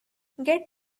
get